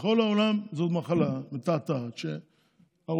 בכל העולם זו מחלה מתעתעת שהרופאים,